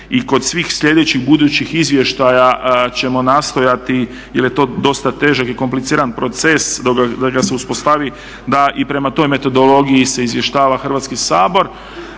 i kod svih sljedećih budućih izvještaja ćemo nastojati jer je to dosta težak i kompliciran proces dok ga se uspostavi, da i prema toj metodologiji se izvještava Hrvatski sabor.